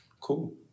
Cool